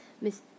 Miss